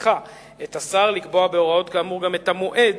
מסמיכה את השר לקבוע בהוראות כאמור גם את המועד